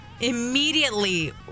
Immediately